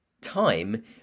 time